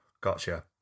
Gotcha